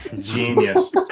genius